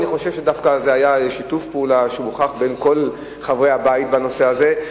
אני חושב שדווקא זה היה שיתוף פעולה שמוכח בין כל חברי הבית בנושא הזה,